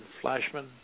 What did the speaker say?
Flashman